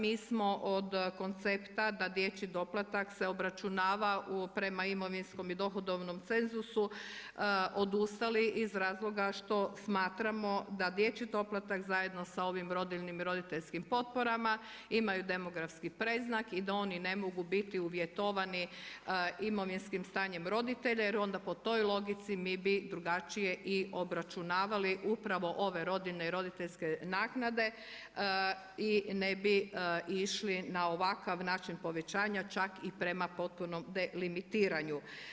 Mi smo od koncepta da dječji doplatak se obračunava prema imovinskom i dohodovnom cenzusu odustali iz razloga što smatramo da dječji doplatak zajedno sa ovim rodiljnim i roditeljskim potporama imaju demografski predznak i da oni ne mogu biti uvjetovani imovinskim stanjem roditelja jer onda po toj logici mi bi drugačije i obračunavali upravo ove rodiljne i roditeljske naknade i ne bi išli na ovakav način povećanja, čak i prema potpunom delimitiranju.